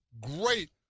great